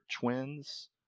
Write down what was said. twins